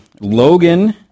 Logan